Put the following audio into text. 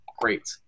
great